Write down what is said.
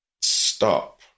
stop